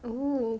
oo